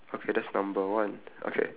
okay that's number one okay